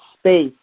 space